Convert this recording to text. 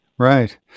Right